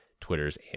Twitter's